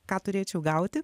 ką turėčiau gauti